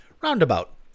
roundabout